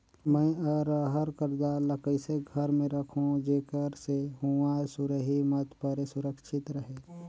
मैं अरहर कर दाल ला कइसे घर मे रखों जेकर से हुंआ सुरही मत परे सुरक्षित रहे?